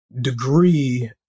degree